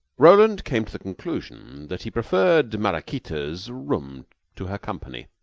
roland came to the conclusion that he preferred maraquita's room to her company.